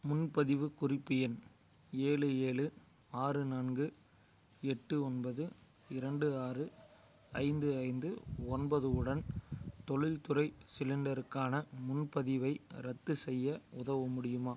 முன்பதிவு குறிப்பு எண் ஏழு ஏழு ஆறு நான்கு எட்டு ஒன்பது இரண்டு ஆறு ஐந்து ஐந்து ஒன்பது உடன் தொழில்துறை சிலிண்டருக்கான முன்பதிவை ரத்து செய்ய உதவ முடியுமா